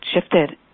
shifted